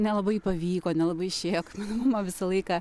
nelabai pavyko nelabai išėjo kai mano mama visą laiką